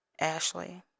Ashley